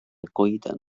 goeden